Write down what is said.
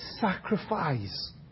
sacrifice